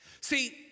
see